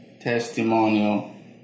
testimonial